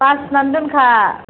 बासिनानै दोनखा